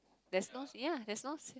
there's no ya there's no